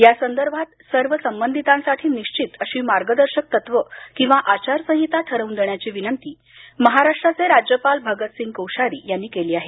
या संदर्भात सर्व संबंधितासाठी निश्चित अशी मार्गदर्शक तत्त्वं किंवा आचारसंहिता ठरवून देण्याची विनंती महाराष्ट्राचे राज्यपाल भगत सिंह कोश्यारी यांनी केली आहे